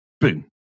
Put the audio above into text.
Boom